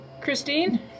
Christine